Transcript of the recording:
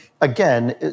again